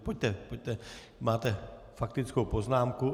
Pojďte, máte faktickou poznámku.